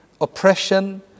oppression